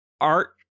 art